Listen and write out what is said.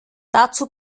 dazu